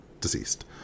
deceased